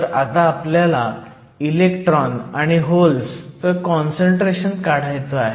तर आता आपल्याला इलेक्ट्रॉन आणि होल्स चं काँसंट्रेशन काढायचं आहे